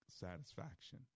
satisfaction